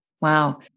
Wow